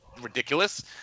ridiculous